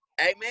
amen